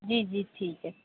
جی جی ٹھیک ہے